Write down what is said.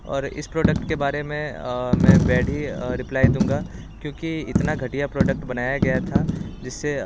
और इस प्रोडक्ट के बारे में मैं बैड ही रिप्लाई दूँगा क्योंकि इतना घटिया प्रोडक्ट बनाया गया था जिससे